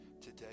today